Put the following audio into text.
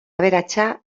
aberatsa